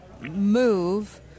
move